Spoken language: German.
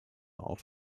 auf